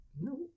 No